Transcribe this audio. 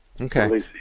Okay